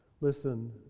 Listen